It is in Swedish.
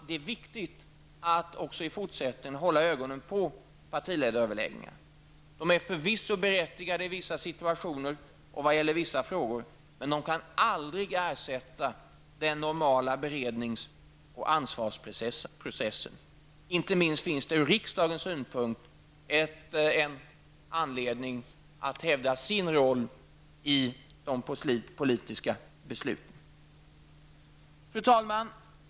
Det är viktigt att också i fortsättningen hålla ögonen på partiledaröverläggningar. De är förvisso i vissa situationer och vad gäller vissa frågor berättigade, men de kan aldrig ersätta den normala berednings och ansvarsprocessen. Inte minst finns det från riksdagens synpunkt anledning att hävda dess roll när det gäller att fatta politiska beslut. Fru talman!